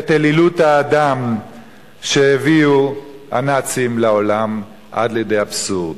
על אלילות האדם שהביאו הנאצים לעולם עד לידי אבסורד.